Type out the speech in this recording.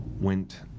went